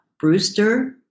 brewster